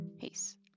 Peace